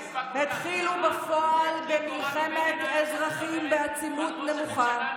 הם התחילו בפועל במלחמת אזרחים בעצימות נמוכה.